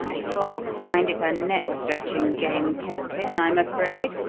you'll find it a neck-stretching game, captain, i'm afraid,